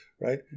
right